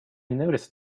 noticed